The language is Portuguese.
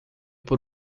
por